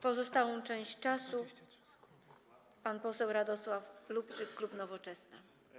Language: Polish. Pozostałą część czasu wykorzysta pan poseł Radosław Lubczyk, klub Nowoczesna.